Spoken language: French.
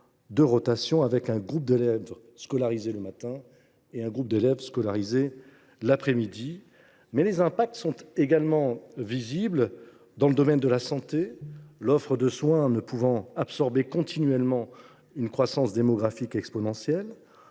en place, avec un groupe d’élèves scolarisés le matin, et un autre l’après midi. Les effets sont également visibles dans le domaine de la santé, l’offre de soins ne pouvant absorber continuellement une croissance démographique exponentielle.